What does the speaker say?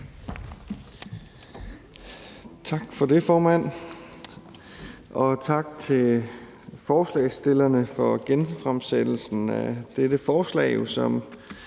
Tak for det, formand, og tak til forslagsstillerne for genfremsættelsen af dette forslag, som